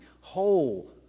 whole